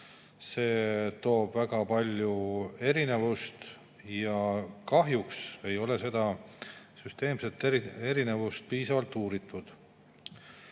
See toob väga palju erinevust ja kahjuks ei ole seda süsteemset erinevust piisavalt uuritud. Samuti